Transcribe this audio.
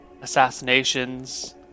Assassinations